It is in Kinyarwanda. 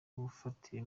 gufatira